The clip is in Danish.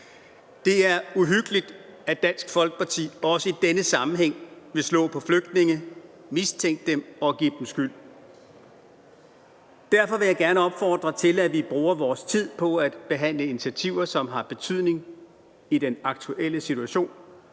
Det er uhyggeligt, at Dansk Folkeparti også i denne sammenhæng vil slå på flygtninge, mistænke dem og give dem skyld. Derfor vil jeg gerne opfordre til, at vi bruger vores tid på at behandle initiativer, som har betydning i den aktuelle situation